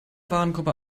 warengruppe